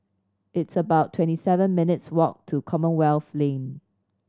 it's about twenty seven minutes' walk to Commonwealth Lane